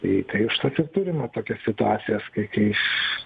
tai tai už tas ir turime tokias situacijas kai kai iš